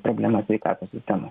problemas sveikatos sistemoj